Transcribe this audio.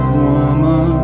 woman